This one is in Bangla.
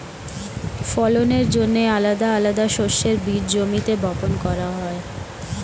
ফলনের জন্যে আলাদা আলাদা শস্যের বীজ জমিতে বপন করা হয়